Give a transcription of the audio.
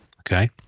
okay